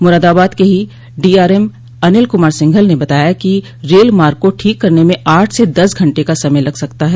मुरादाबाद के डीआरएम अनिल कुमार सिंघल ने बताया है कि रेल मार्ग को ठीक करने में आठ से दस घंटे का समय लग सकता है